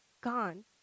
gone